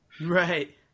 right